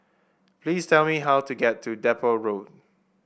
please tell me how to get to Depot Road